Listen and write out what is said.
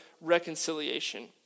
reconciliation